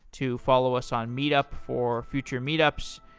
to follow us on meet up for future meet ups,